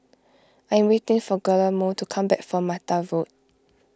I am waiting for Guillermo to come back from Mata Road